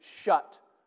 shut